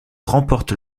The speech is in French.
remporte